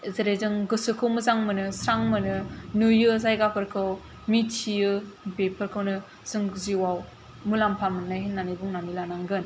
जेरैजों गोसोखौ मोजां मोनो स्रां मोनो नुयो जायगा फोरखौ मिथियो बेफोरखौनो जों जिउआव मुलामफा मोननाय होनोनै बुंनानै लानांगोन